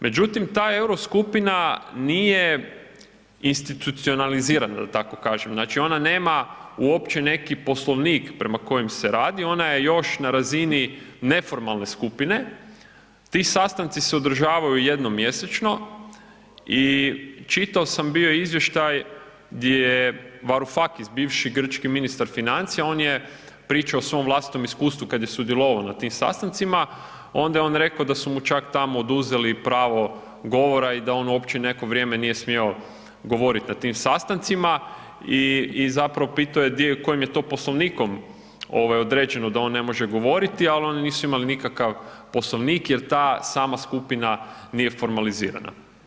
Međutim, ta euro skupina nije institucionalizirana da tako kažem, znači ona nema uopće neki poslovnik prema kojem se radi, ona je još na razini neformalne skupine, ti sastanci se održavaju jednom mjesečno i čitao sam bio izvještaj gdje je Varoufakis bivši grčki ministar financija on je pričao o svom vlastitom iskustvu kad je sudjelovao na tim sastancima, ona je on čak rekao da su mu čak tamo i oduzeli pravo govora i da on uopće neko vrijeme nije smio govorit na tim sastancima i zapravo pitao je kojim je to poslovnikom ovaj određeno da on ne može govoriti, ali oni nisu imali nikakav poslovnik jer ta sama skupina nije formalizirana.